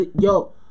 yo